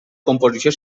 composició